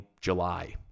July